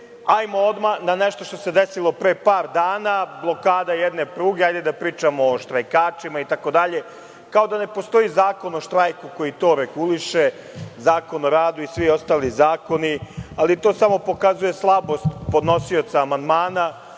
hajmo odmah na nešto što se desilo pre par dana, blokada jedne pruge, hajde da pričamo o štrajkačima, itd, kao da ne postoji Zakon o štrajku koji to reguliše, Zakon o radu i svi ostali zakoni, ali to samo pokazuje slabost podnosioca amandmana